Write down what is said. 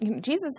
Jesus